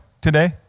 today